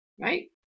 right